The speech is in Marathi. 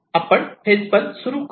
आपण फेज 1 सुरू करू